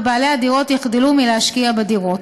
ובעלי הדירות יחדלו להשקיע בדירות.